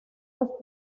los